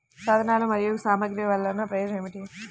సాధనాలు మరియు సామగ్రి వల్లన ప్రయోజనం ఏమిటీ?